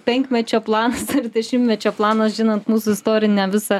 penkmečio planas ir dešimtmečio planas žinant mūsų istorinę visą